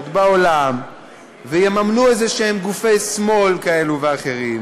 בעולם ויממנו איזשהם גופי שמאל כאלה ואחרים,